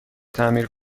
تعمیر